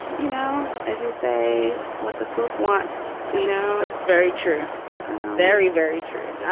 you know, as you say, what the food wants. you know that's very true very, very true. yeah